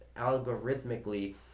algorithmically